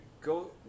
go